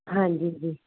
ਹਾਂਜੀ ਜੀ